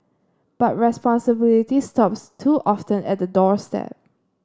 but responsibility stops too often at the doorstep